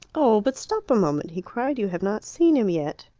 oh, but stop a moment! he cried. you have not seen him yet.